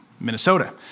Minnesota